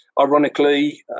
ironically